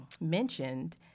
mentioned